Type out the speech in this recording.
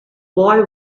boy